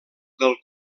del